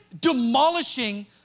demolishing